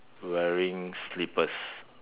wearing slippers